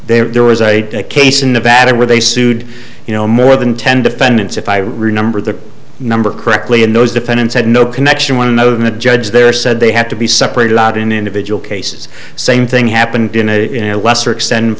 facts there was a case in nevada where they sued you know more than ten defendants if i remember the number correctly and those defendants had no connection one note of the judge there said they had to be separated out in individual cases same thing happened in a lesser extent in